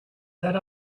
that